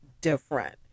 different